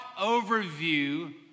overview